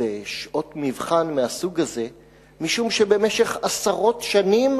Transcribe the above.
בשעות מבחן מהסוג הזה משום שבמשך עשרות שנים